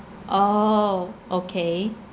oh okay